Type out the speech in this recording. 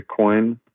Bitcoin